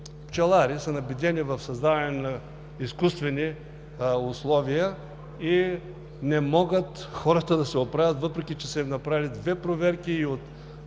пчелари са набедени в създаване на изкуствени условия и хората не могат да се оправят, въпреки че са им направени две проверки – и от